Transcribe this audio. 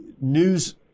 news